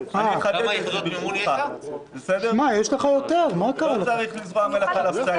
יש לך יותר, מה קרה לך?